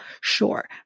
sure